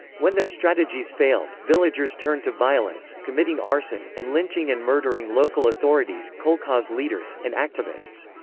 when their strategies failed, villagers turned to violence committing arson, and lynching and murdering local authorities, kolkhoz leaders, and activists.